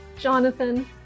Jonathan